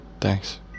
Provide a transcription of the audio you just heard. Thanks